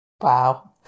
Wow